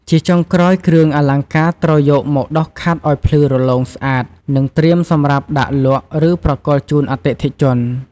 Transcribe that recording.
ជាចុងក្រោយ គ្រឿងអលង្ការត្រូវយកមកដុសខាត់ឱ្យភ្លឺរលោងស្អាត និងត្រៀមសម្រាប់ដាក់លក់ ឬប្រគល់ជូនអតិថិជន។